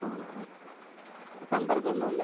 ആണോ ഓക്കെ സമ്പർക്കമൊന്നുമില്ല